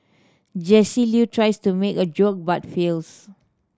Jesse Loo tries to make a joke but fails